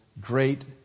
great